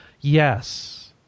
Yes